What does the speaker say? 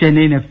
Chennaiyin F